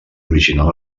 original